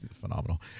phenomenal